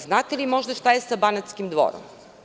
Znate li možda šta je sa Banatskim Dvorom?